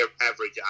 average